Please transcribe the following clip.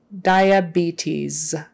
diabetes